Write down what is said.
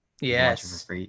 yes